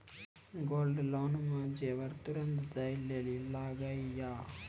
Gold loan मे जेबर तुरंत दै लेली लागेया?